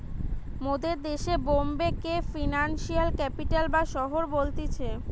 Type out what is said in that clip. মোদের দেশে বোম্বে কে ফিনান্সিয়াল ক্যাপিটাল বা শহর বলতিছে